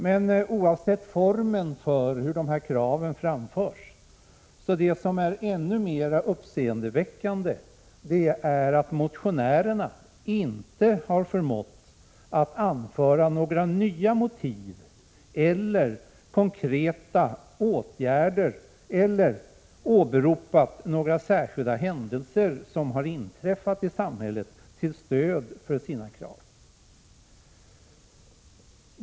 Men oavsett formen för hur dessa krav framförts är det uppseendeväckande att motionärerna inte förmått att anföra några nya motiv, konkreta åtgärder eller åberopat några särskilda händelser som inträffat i samhällslivet till stöd för kraven.